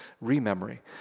re-memory